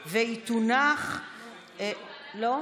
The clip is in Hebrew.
קורונה, קורונה.